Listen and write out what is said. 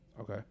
Okay